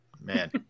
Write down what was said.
Man